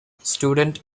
student